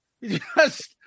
Yes